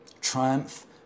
Triumph